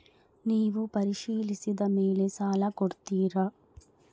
ನೇವು ಪರಿಶೇಲಿಸಿದ ಮೇಲೆ ಸಾಲ ಕೊಡ್ತೇರಾ?